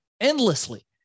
endlessly